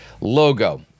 logo